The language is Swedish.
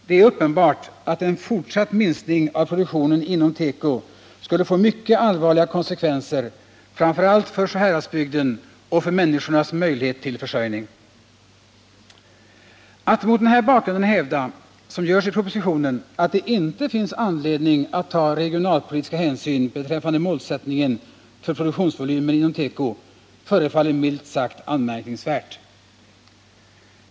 Det är uppenbart att en fortsatt minskning av produktionen inom teko skulle få mycket allvarliga konsekvenser, framför allt för Sjuhäradsbygden och för människornas möjligheter till försörjning. Att mot den här bakgrunden hävda, som görs i propositionen, att det inte finns anledning att ta regionalpolitiska hänsyn beträffande målsättningen för produktionsvolymen inom teko förefaller milt sagt anmärkningsvärt.